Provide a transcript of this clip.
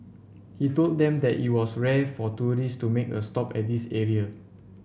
he told them that it was rare for tourists to make a stop at this area